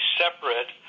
separate